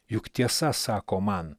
juk tiesa sako man